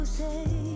say